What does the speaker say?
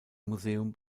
museum